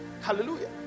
Hallelujah